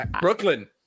Brooklyn